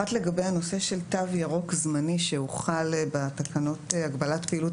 אחת לגבי הנושא של תו ירוק זמני שהוחל בתקנות הגבלת פעילות,